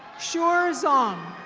sure zong.